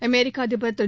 அமெரிக்க அதிபர் திரு